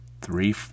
three